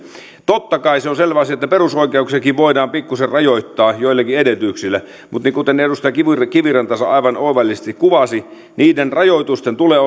totta kai se on selvä asia että perusoikeuksiakin voidaan pikkuisen rajoittaa joillakin edellytyksillä mutta kuten edustaja kiviranta kiviranta aivan oivallisesti kuvasi niiden rajoitusten tulee